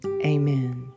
Amen